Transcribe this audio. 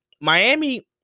Miami –